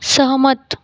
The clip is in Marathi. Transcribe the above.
सहमत